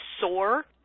soar